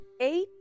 eight